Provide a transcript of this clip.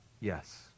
Yes